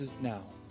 now